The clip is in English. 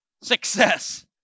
success